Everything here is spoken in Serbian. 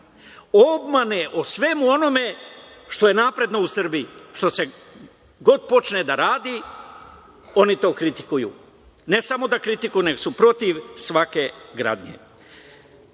obmane o svemu onome što je napredno u Srbiji, što se god počne da radi oni to kritikuju. Ne samo da kritikuju, nego su protiv svake gradnje. Ono